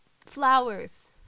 flowers